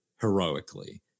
heroically